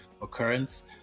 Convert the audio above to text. occurrence